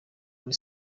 uri